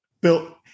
Bill